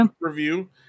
review